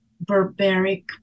barbaric